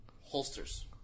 holsters